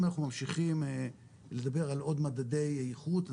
אם אנחנו ממשיכים לדבר על עוד מדדי איכות,